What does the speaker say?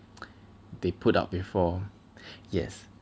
they put up before yes